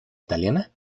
italiana